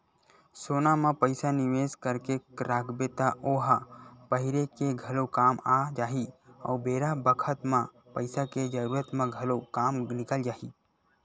सोना म पइसा निवेस करके राखबे त ओ ह पहिरे के घलो काम आ जाही अउ बेरा बखत म पइसा के जरूरत म घलो काम निकल जाही